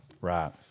right